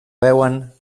veuen